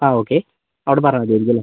ആ ഓക്കെ അവിടെ പറഞ്ഞാൽ മതിയായിരിക്കും അല്ലേ